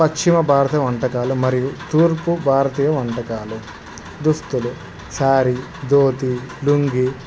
పశ్చిమ భారతీయ వంటకాలు మరియు తూర్పు భారతీయ వంటకాలు దుస్తులు శార ధోతి లుంగి